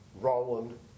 Roland